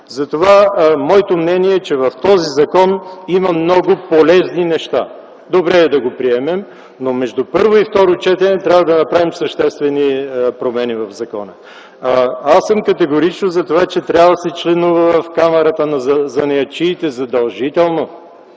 нации. Моето мнение е, че в този закон има много полезни неща. Добре е да го приемем, но между първо и второ четене трябва да направим съществени промени. Аз съм категорично за това, че трябва да се членува задължително